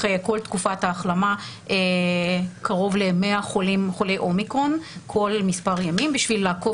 כל תקופת ההחלמה קרוב ל-100 חולי אומיקרון כל מספר ימים כדי לעקוב